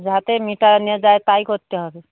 যাতে মেটানো যায় তাই করতে হবে